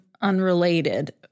unrelated